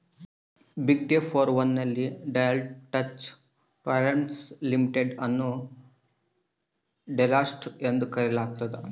ಬಿಗ್ಡೆ four one ನಲ್ಲಿ Deloitte Touche Tohmatsu limited ಅನ್ನು Deloitte ಎಂದು ಕರೆಯಲಾಗ್ತದ